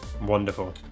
Wonderful